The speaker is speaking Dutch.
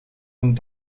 een